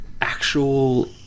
actual